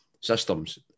systems